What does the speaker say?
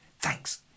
thanks